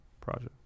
project